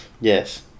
yes